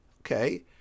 Okay